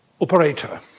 operator